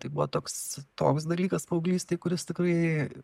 tai buvo toks toks dalykas paauglystėj kur jis tikrai